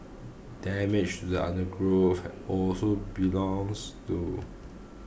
damage to the undergrowth also belongs to